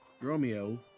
Romeo